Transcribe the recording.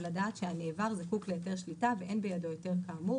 לדעת שהנעבר זקוק להיתר שליטה ואין בידו היתר כאמור,